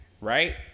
Right